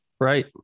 right